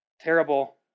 terrible